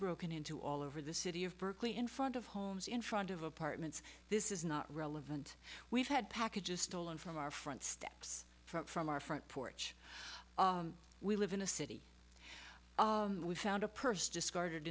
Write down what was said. broken into all over the city of berkeley in front of homes in front of apartments this is not relevant we've had packages stolen from our front steps front from our front porch we live in a city we found a purse discarded